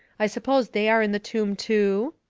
i suppose they are in the tomb, too?